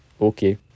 Okay